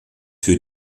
für